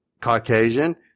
Caucasian